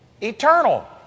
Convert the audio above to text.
Eternal